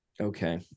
Okay